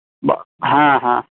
ᱦᱮᱸ ᱦᱮᱸ